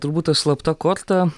turbūt ta slapta korta